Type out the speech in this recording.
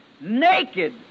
Naked